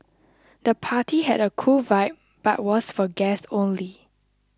the party had a cool vibe but was for guests only